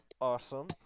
Awesome